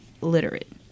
literate